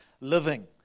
living